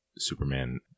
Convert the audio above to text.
superman